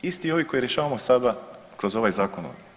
Isti ovi koje rješavamo sada kroz ovaj zakon.